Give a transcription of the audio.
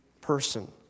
person